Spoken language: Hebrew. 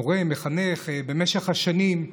מורה ומחנך במשך השנים,